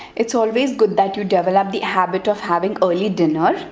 it's always good that you develop the habit of having early dinner.